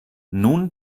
nun